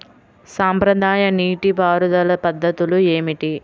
సాంప్రదాయ నీటి పారుదల పద్ధతులు ఏమిటి?